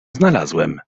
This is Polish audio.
znalazłem